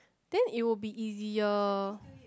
then it will be easier